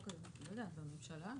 אני לא יודעת הממשלה.